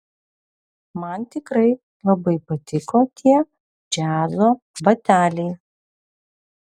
man tikrai labai patiko tie džiazo bateliai